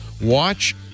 Watch